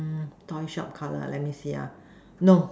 toy shop color let me see no